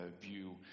view